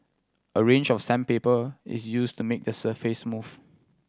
a range of sandpaper is used to make the surface smooth